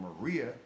Maria